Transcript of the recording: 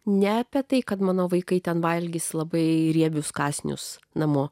ne apie tai kad mano vaikai ten valgys labai riebius kąsnius namo